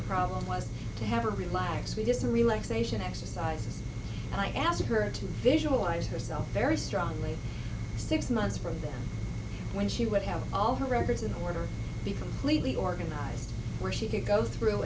the problem was to have a relax we just relaxation exercises i asked her to visualize herself very strongly six months from when she would have all her records in order to completely organized where she could go through